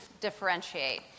differentiate